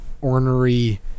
ornery